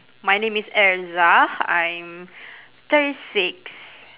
my name is erza I'm thirty six